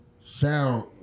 sound